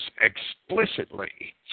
explicitly